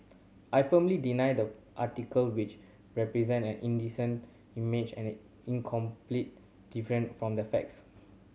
I firmly deny the article which represent an indecent image and incomplete different from the facts